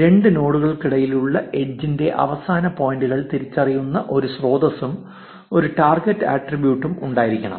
രണ്ട് നോഡുകൾക്കിടയിലുള്ള എഡ്ജിന്റെ അവസാന പോയിന്റുകൾ തിരിച്ചറിയുന്ന ഒരു സ്രോതസ്സും ഒരു ടാർഗെറ്റ് ആട്രിബ്യൂട്ടും ഉണ്ടായിരിക്കണം